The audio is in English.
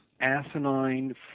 asinine